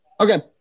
Okay